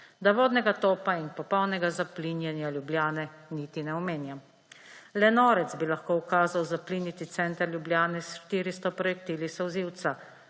Da vodnega topa in popolnega zaplinjanja Ljubljane niti ne omenjam. Le norec bi lahko ukazal zapliniti center Ljubljane s 400 projektili solzivca,